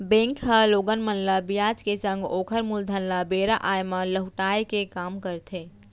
bank ह लोगन मन ल बियाज के संग ओकर मूलधन ल बेरा आय म लहुटाय के काम करथे